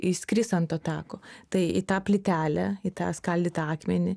jis kris ant to tako tai į tą plytelę į tą skaldytą akmenį